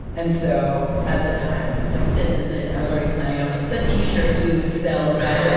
and so at the time i was like, this is it. i was already planning out like the t-shirts we would sell about this